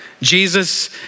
Jesus